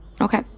Okay